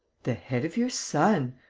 the head of your son.